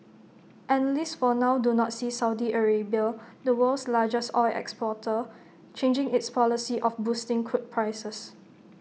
analysts for now do not see Saudi Arabia the world's largest oil exporter changing its policy of boosting crude prices